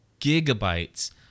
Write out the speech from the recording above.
gigabytes